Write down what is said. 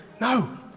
No